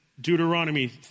Deuteronomy